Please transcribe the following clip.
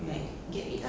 ya